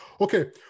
Okay